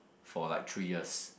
for like three years